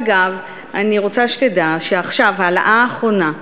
ואגב, אני רוצה שתדע שההעלאה האחרונה,